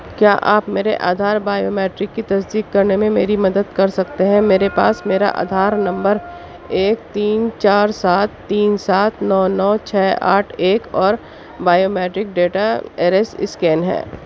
کیا آپ میرے آدھار بائیومیٹرک کی تصدیق کرنے میں میری مدد کر سکتے ہیں میرے پاس میرا آدھار نمبر ایک تین چار سات تین سات نو نو چھ آٹھ ایک اور biometric data iris scan ہے